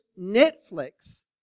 Netflix